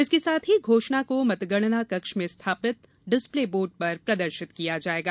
इसके साथ ही घोषणा को मतगणना कक्ष में स्थापित डिस्पले बोर्ड पर प्रदर्शित किया जायेगा